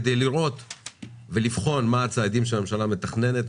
כדי לבחון מה הצעדים שהממשלה מתכננת,